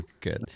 Good